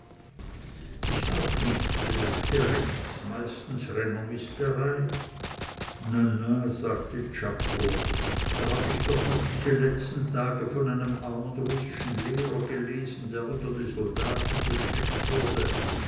ich auch nicht bemerkte rex meistens renommisterei na na sagte czako da hab ich doch noch diese letzten tage von einem armen russischen lehrer gelesen der unter die soldaten gesteckt wurde